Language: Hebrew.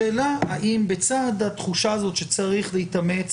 השאלה היא: בצד התחושה שצריך להתאמץ